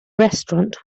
restaurant